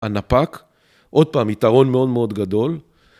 הנפק, עוד פעם, יתרון מאוד מאוד גדול.